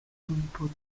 input